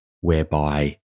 whereby